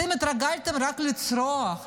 אתם התרגלתם רק לצרוח,